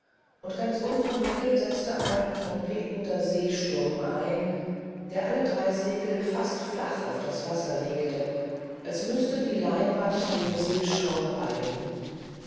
und ganz unvermittelt setzte ein trompetender seesturm ein der alle drei segel fast flach auf das wasser legte als müßte die leinwand den seeschaum reiben